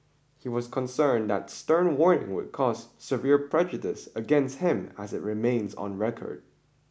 he was concerned that stern warning would cause severe prejudice against him as it remained on record